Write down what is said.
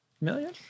million